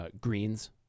greens